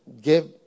give